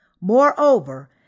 Moreover